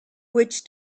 witch